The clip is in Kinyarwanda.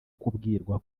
kubwirwa